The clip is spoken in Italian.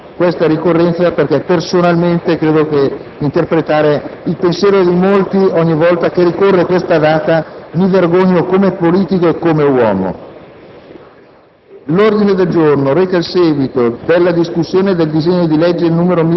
ringrazio, senatore Ferrara, per averci ricordato questa ricorrenza, anche perché personalmente, ma credo di interpretare il pensiero di molti, ogni volta che ricorre questa data mi vergogno come politico e come uomo.